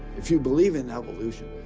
if you believe in evolution,